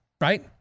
right